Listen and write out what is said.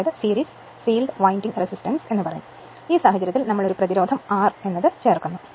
അതിനാൽ ആ സാഹചര്യത്തിൽ നമ്മൾ ഒരു പ്രതിരോധം R ചേർക്കുന്നു